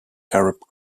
arab